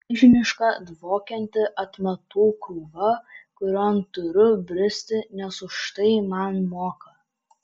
milžiniška dvokianti atmatų krūva kurion turiu bristi nes už tai man moka